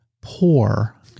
Poor